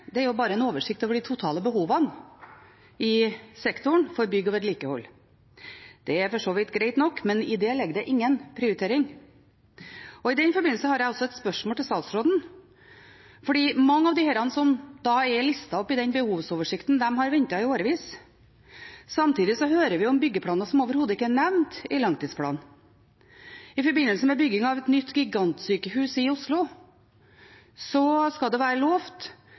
er bare en oversikt over de totale behovene for bygg og vedlikehold i sektoren. Det er for så vidt greit nok, men i det ligger det ingen prioritering. I den forbindelse har jeg et spørsmål til statsråden, for mange av dem som er listet opp i behovsoversikten, har ventet i årevis. Samtidig hører vi om byggeplaner som overhodet ikke er nevnt i langtidsplanen. I forbindelse med bygging av et nytt gigantsykehus i Oslo skal det være lovt